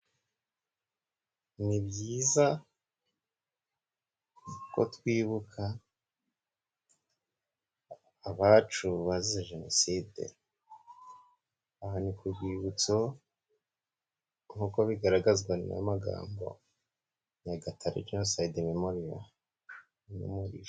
Ni byiza ko twibuka abacu bazize jenoside aha ni ku rwibutso nk'uko bigaragazwa n'amagambo Nyagatare jeniside memoriyo n'umuriro.